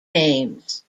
names